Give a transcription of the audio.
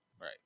Right